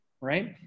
right